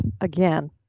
again